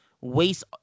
waste